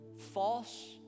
false